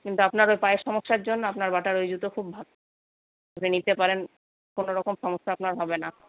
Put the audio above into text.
কিন্তু আপনার ওই পায়ের সমস্যার জন্য আপনার বাটার ওই জুতো খুব ভালো ওটা নিতে পারেন কোনওরকম সমস্যা আপনার হবে না